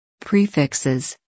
Prefixes